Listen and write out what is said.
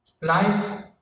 Life